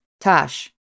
Tosh